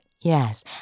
Yes